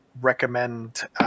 recommend